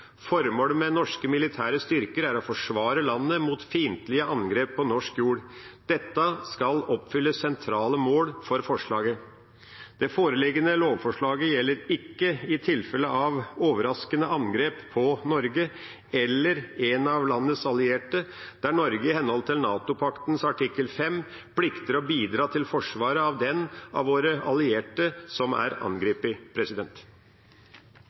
Formålet med norske militære styrker er å forsvare landet mot fiendtlige angrep på norsk jord. Dette skal oppfylle sentrale mål for Forsvaret. Det foreliggende lovforslaget gjelder ikke i tilfelle av overraskende angrep på Norge eller en av landets allierte, der Norge i henhold til NATO-paktens artikkel 5 plikter å bidra til forsvaret av den av våre allierte som er angrepet.